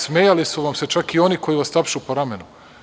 Smejali su vam se čak i oni koji vas tapšu po ramenu.